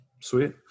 sweet